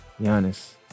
Giannis